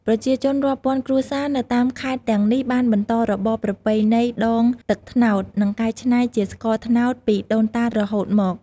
ប្រជាជនរាប់ពាន់គ្រួសារនៅតាមខេត្តទាំងនេះបានបន្តរបរប្រពៃណីដងទឹកត្នោត និងកែច្នៃជាស្ករតាំងពីដូនតារហូតមក។